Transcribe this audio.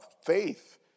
faith